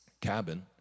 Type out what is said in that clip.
cabin